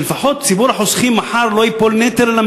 שלפחות ציבור החוסכים לא ייפול מחר לנטל על